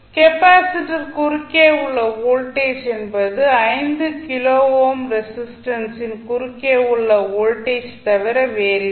capacitor குறுக்கே உள்ள voltage என்பது 5 கிலோ ஓம் ரெஸிஸ்டன்ஸின் குறுக்கே உள்ள வோல்டேஜ் தவிர வேறில்லை